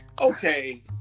okay